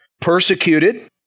Persecuted